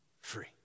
free